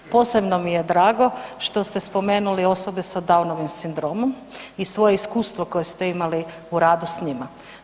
Posebno mi je drago što ste spomenuli osobe s downovim sindromom i svoje iskustvo koje ste imali u radu s njima.